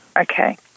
Okay